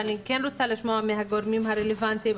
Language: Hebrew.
ואני כן רוצה לשמוע מהגורמים הרלבנטיים,